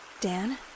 Dan